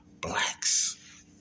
blacks